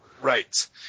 Right